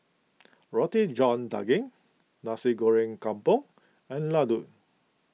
Roti John Daging Nasi Goreng Kampung and Laddu